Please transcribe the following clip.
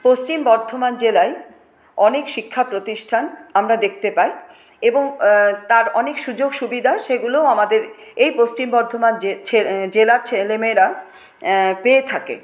পশ্চিম বর্ধমান জেলায় অনেক শিক্ষা প্রতিষ্ঠান আমরা দেখতে পাই এবং তার অনেক সুযোগসুবিধা সেগুলোও আমাদের এই পশ্চিম বর্ধমান জে জেলার ছেলেমেয়েরা পেয়ে থাকে